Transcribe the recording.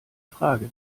frage